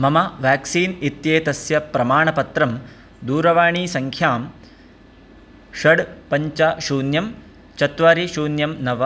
मम व्याक्सीन् इत्येतस्य प्रमाणपत्रं दूरवाणीसङ्ख्यां षड् पञ्च शून्यं चत्वारि शून्यं नव